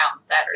Saturday